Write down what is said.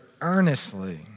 earnestly